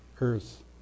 earth